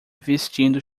vestindo